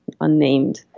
unnamed